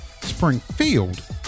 Springfield